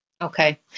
Okay